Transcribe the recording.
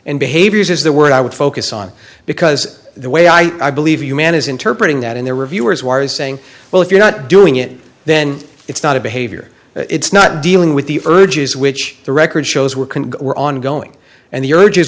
and behaviors is the word i would focus on because the way i believe you man is interpreted that in the reviewer's was saying well if you're not doing it then it's not a behavior it's not dealing with the urges which the record shows were can were ongoing and the urges